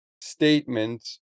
statements